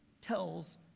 tells